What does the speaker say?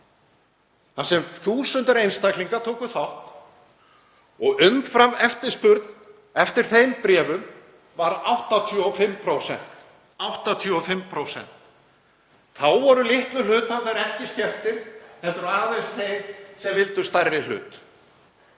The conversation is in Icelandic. þar sem þúsundir einstaklinga tóku þátt og umframeftirspurn eftir þeim bréfum var 85%. Þá voru litlu hluthafarnir ekki skertir, heldur aðeins þeir sem vildu stærri hlut.